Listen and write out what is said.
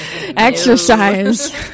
exercise